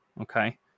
okay